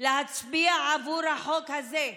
להצביע עבור החוק הזה,